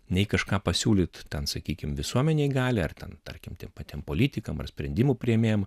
nei kažką pasiūlyt ten sakykime visuomenei gali ar ten tarkim tiem patiem politikam ar sprendimų priėmėjam